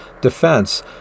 defense